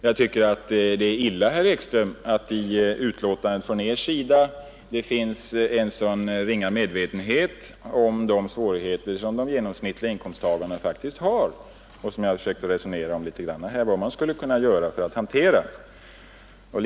Jag tycker att det är illa, herr Ekström, att det i ert betänkande finns så ringa medvetenhet om de svårigheter som de genomsnittliga inkomsttagarna faktiskt har. Jag har här försökt att litet resonera om vad man skulle kunna göra för att hantera dessa svårigheter.